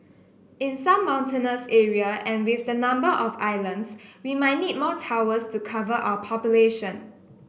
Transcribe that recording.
in some mountainous area and with the number of islands we might need more towers to cover our population